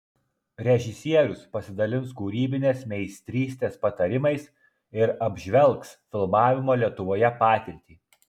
režisierius pasidalins kūrybinės meistrystės patarimais ir apžvelgs filmavimo lietuvoje patirtį